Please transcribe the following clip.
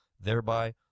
thereby